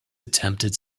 attempted